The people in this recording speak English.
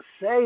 Say